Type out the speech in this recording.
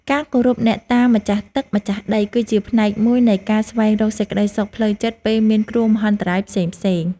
ការគោរពអ្នកតាម្ចាស់ទឹកម្ចាស់ដីគឺជាផ្នែកមួយនៃការស្វែងរកសេចក្តីសុខផ្លូវចិត្តពេលមានគ្រោះមហន្តរាយផ្សេងៗ។